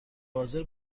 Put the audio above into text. حاضر